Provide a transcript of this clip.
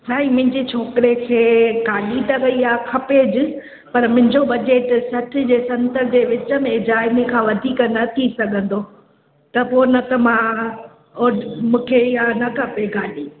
भाई मुंहिंजे छोकिरे खे गाॾी त भई इहा खपेज पर मुंहिंजो बजेट सठि जे सतरि जे विच में ज आहे हिन खां वधीक न थी सघंदो त पोइ न त मां मूंखे इहा न खपे गाॾी